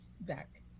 back